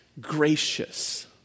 gracious